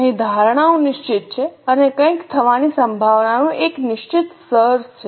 અહીં ધારણાઓ નિશ્ચિત છે અને કંઈક થવાની સંભાવનાનું એક નિશ્ચિત સ્તર છે